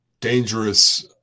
dangerous